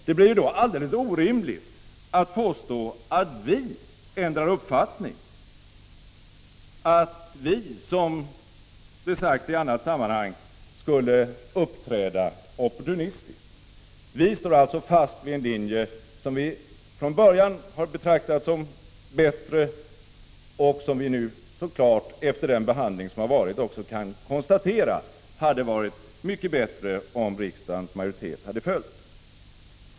Det blir då alldeles orimligt att påstå att vi ändrar uppfattning, att vi, som det sagts i annat sammanhang, skulle uppträda opportunistiskt. Vi håller fast vid en linje som vi från början har betraktat som bättre och som vi nu, efter den behandling som har ägt rum, också kan konstatera att det hade varit mycket bättre om riksdagens majoritet hade följt.